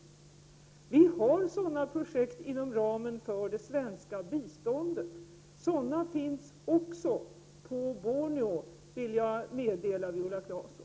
Vi har sådana projekt inom ramen för det svenska biståndet, och jag vill meddela Viola Claesson att det finns sådana även på Borneo.